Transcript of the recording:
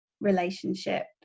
relationship